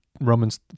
Romans